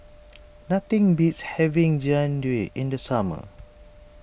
nothing beats having Jian Dui in the summer